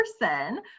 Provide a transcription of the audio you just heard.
person